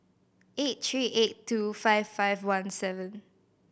eight three eight two five five one seven